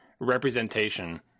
representation